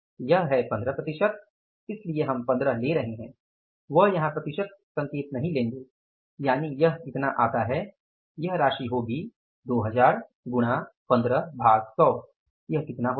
यह है यह 15 प्रतिशत है इसलिए हम 15 ले रहे हैं वह यहां प्रतिशत संकेत नहीं लेंगे यानि यह इतना आता है यह राशि होगी 2000 गुणा 15 भाग 100 यह कितना होता है